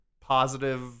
positive